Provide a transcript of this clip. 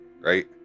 right